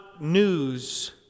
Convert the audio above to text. news